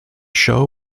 show